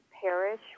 parish